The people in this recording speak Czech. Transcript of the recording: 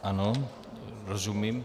Ano, rozumím.